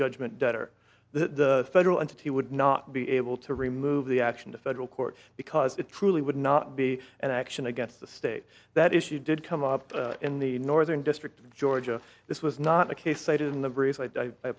judgment debtor the federal entity would not be able to remove the action to federal court because it truly would not be an action against the state that issue did come up in the northern district of georgia this was not the case